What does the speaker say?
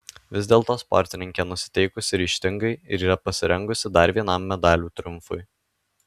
vis dėlto sportininkė nusiteikusi ryžtingai ir yra pasirengusi dar vienam medalių triumfui